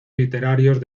literarios